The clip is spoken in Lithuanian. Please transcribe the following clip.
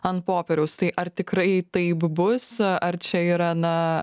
ant popieriaus tai ar tikrai taip bus ar čia yra na